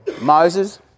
Moses